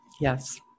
yes